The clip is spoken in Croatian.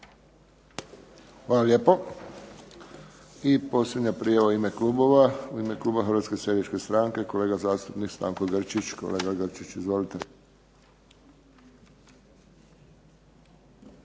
Hvala lijepo. I posljednja prijava u ime klubova. U ime kluba Hrvatske seljačke stranke kolega zastupnik Stanko Grčić. Kolega Grčić, izvolite.